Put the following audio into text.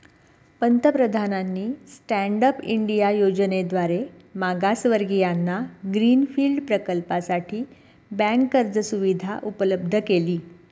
पंतप्रधानांनी stand up India योजनेद्वारे मागासवर्गीयांना ग्रीन फील्ड प्रकल्पासाठी बँक कर्ज सुविधा उपलब्ध केली